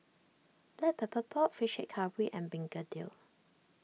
Black Pepper Pork Fish Head Curry and Begedil